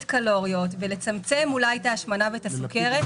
קלוריות ולצמצם אולי את ההשמנה ואת הסוכרת,